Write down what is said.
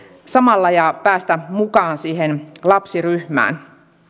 samalla ja päästä mukaan siihen lapsiryhmään